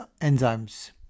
enzymes